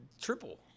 triple